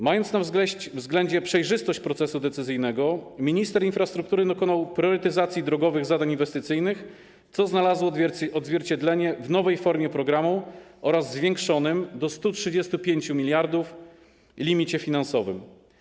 Mając na względzie przejrzystość procesu decyzyjnego, minister infrastruktury dokonał priorytetyzacji drogowych zadań inwestycyjnych, co znalazło odzwierciedlenie w nowej formie programu oraz zwiększonym do 135 mld zł limicie finansowym.